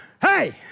Hey